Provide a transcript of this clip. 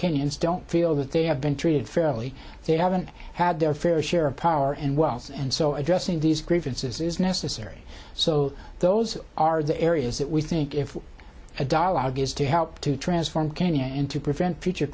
kenyans don't feel that they have been treated fairly they haven't had their fair share of power and wealth and so addressing these grievances is necessary so those are the areas that we think if a dialogue is to help to transform kenya into prevent future